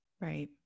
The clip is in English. Right